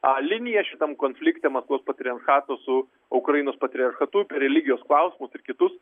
a linija šitam konflikte maskvos patriarchato su ukrainos patriarchatu apie religijos klausimus ir kitus